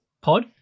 pod